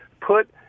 put